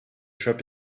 shop